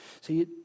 See